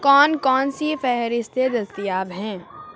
کون کون سی فہرستیں دستیاب ہیں